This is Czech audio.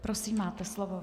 Prosím, máte slovo.